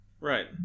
right